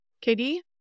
katie